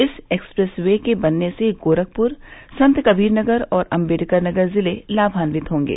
इस expressway के बनने से गोरखपुर संतकबीरनगर और अम्बेडकरनगर जिले लाभान्वित होंगे